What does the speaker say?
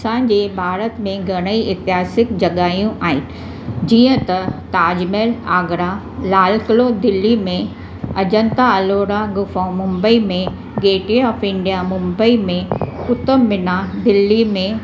असांजे भारत में घणईं ऐतिहासिक जॻहियूं आहिनि जीअं त ताजमहल आगरा लालकिलो दिल्ली में अजंता ऐलोरा गुफाऊं मुंबई में gateway of India Mumbai में कुतुबमिनार दिल्ली में